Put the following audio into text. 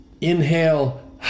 inhale